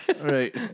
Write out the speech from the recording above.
Right